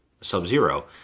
sub-zero